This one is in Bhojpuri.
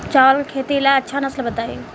चावल के खेती ला अच्छा नस्ल बताई?